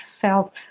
felt